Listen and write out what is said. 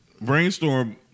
Brainstorm